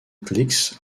clicks